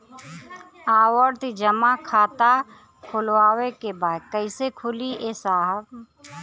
आवर्ती जमा खाता खोलवावे के बा कईसे खुली ए साहब?